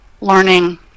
learning